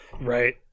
Right